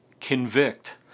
Convict